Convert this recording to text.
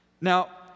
Now